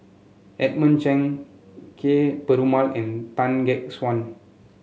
Edmund Cheng Kee Perumal and Tan Gek Suan